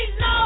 no